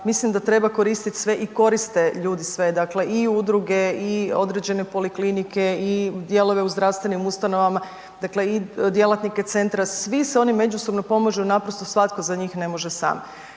mislim da treba koristiti sve i koriste ljudi sve, dakle i udruge i određene poliklinike i dijelove u zdravstvenim ustanovama i djelatnike centra, svi se oni međusobno pomažu naprosto jer svatko za njih ne može sam.